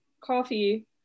coffee